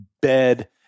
bed